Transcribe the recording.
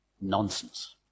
nonsense